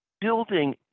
Building